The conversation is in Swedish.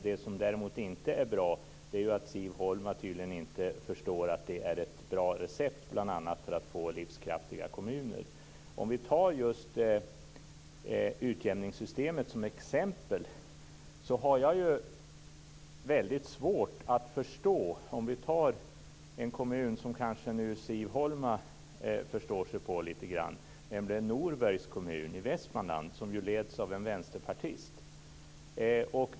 Det som däremot inte är bra är att Siv Holma tydligen inte förstår att det är ett bra recept bl.a. för att få livskraftiga kommuner. Om vi tar just utjämningssystemet som exempel har jag väldigt svårt att förstå vissa saker. Vi kan ta en kommun som kanske Siv Holma förstår sig på lite grann, nämligen Norbergs kommun i Västmanland. Den leds ju av en vänsterpartist.